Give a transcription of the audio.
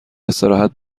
استراحت